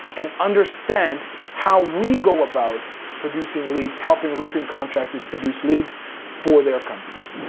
and understand how we go about producing leads, helping roofing contractors produce leads for their companies.